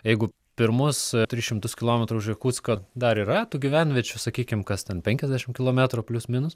jeigu pirmus tris šimtus kilometrų už jakutsko dar yra tų gyvenviečių sakykim kas ten penkiasdešimt kilometrų plius minus